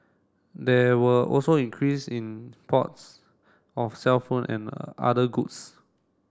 there were also increase in imports of cellphone and other goods